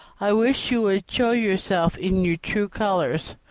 i wish you would show yourself in your true colours!